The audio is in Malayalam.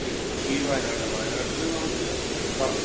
ഇടുക്കി വയനാട് വായനാട്ടിൽ നമുക്ക് ആ